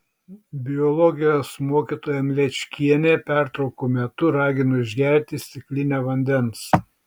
biologijos mokytoja mlečkienė pertraukų metu ragino išgerti stiklinę vandens